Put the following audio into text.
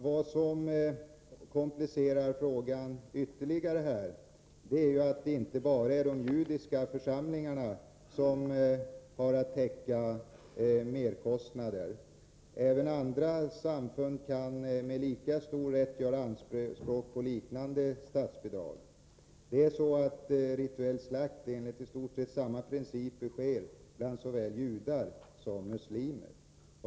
Vad som komplicerar frågan ytterligare är att det ju inte bara är de judiska församlingarna som har att täcka merkostnader. Även andra samfund kan med lika stor rätt göra anspråk på liknande statsbidrag. Det är nämligen så att rituell slakt enligt i stort sett samma principer sker bland såväl judar som muslimer.